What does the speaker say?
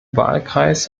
wahlkreis